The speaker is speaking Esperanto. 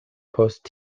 post